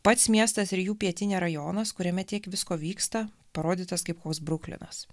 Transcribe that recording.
pats miestas ir jų pietinė rajonas kuriame tiek visko vyksta parodytas kaip koks bruklinas